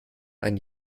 ein